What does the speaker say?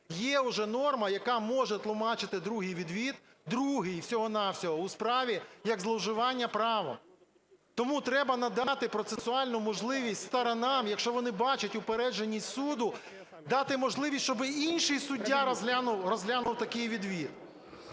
є уже норма, яка може тлумачити другий відвід, другий всього-на-всього у справі, як зловживання правом. Тому треба надати процесуальну можливість сторонам, якщо вони бачать упередженість суду, дати можливість, щоб інший суддя розглянув такий відвід.